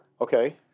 Okay